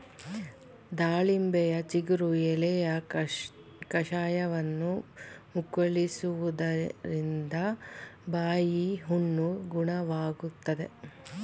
ದಾಳಿಂಬೆಯ ಚಿಗುರು ಎಲೆಯ ಕಷಾಯವನ್ನು ಮುಕ್ಕಳಿಸುವುದ್ರಿಂದ ಬಾಯಿಹುಣ್ಣು ಗುಣವಾಗ್ತದೆ